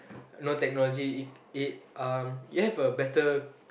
no technology it it um you have a better